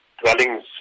Dwellings